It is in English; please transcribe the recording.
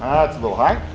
that's a little high.